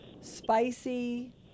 spicy